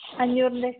അഞ്ഞൂറിൻ്റെ